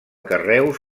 carreus